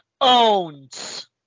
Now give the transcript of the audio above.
owns